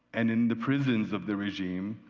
and, in the prisons of the regime,